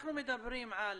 אנחנו מדברים על